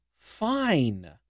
fine